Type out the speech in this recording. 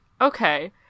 Okay